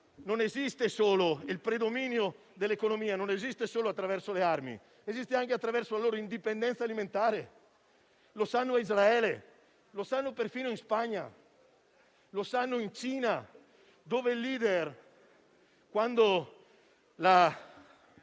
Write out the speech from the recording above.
capito che il predominio dell'economia non esiste solo attraverso le armi, ma esiste anche attraverso la loro indipendenza alimentare. Lo sanno in Israele e perfino in Spagna; lo sanno in Cina, il cui *leader*, quando la